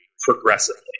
progressively